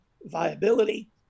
viability